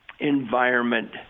environment